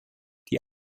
die